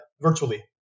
virtually